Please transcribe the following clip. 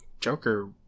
Joker